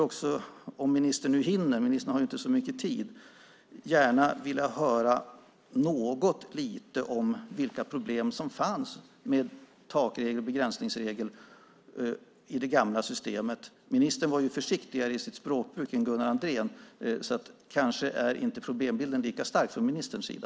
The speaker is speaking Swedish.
Om ministern hinner - ministern har ju inte så mycket talartid - skulle jag gärna vilja höra lite grann om vilka problem som fanns med takregeln och begränsningsregeln i det gamla systemet. Ministern var försiktigare i sitt språkbruk än Gunnar Andrén, så kanske är problembilden inte lika stark från ministerns sida.